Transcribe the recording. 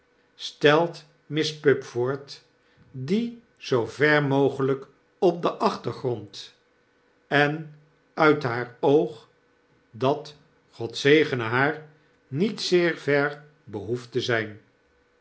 stelt miss pupford die zoo ver mogelyk op den achtergrond en uit haar oog dat god zegene haar i niet zeer ver behoeft te zijn